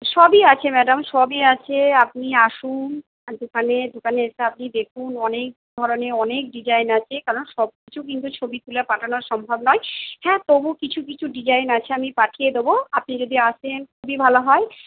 সবই আছে ম্যাডাম সবই আছে আপনি আসুন দোকানে দোকানে এসে আপনি দেখুন অনেক ধরনের অনেক ডিজাইন আছে কারণ সব কিছু কিন্তু ছবি তুলে পাঠানো সম্ভব নয় হ্যাঁ তবু কিছু কিছু ডিজাইন আছে আমি পাঠিয়ে দেব আপনি যদি আসেন খুবই ভালো হয়